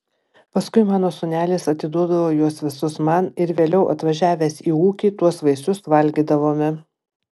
paskui mano sūnelis atiduodavo juos visus man ir vėliau atvažiavę į ūkį tuos vaisius valgydavome